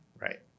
Right